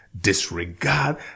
Disregard